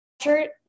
shirt